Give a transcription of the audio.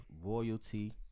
royalty